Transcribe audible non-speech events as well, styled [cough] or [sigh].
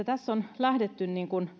[unintelligible] tässä on lähdetty